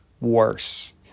worse